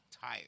tired